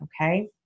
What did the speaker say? Okay